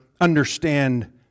understand